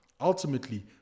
Ultimately